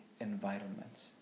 environments